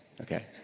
okay